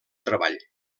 treball